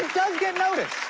does get noticed.